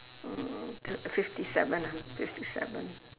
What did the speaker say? um fifty seven ah fifty seven